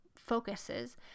focuses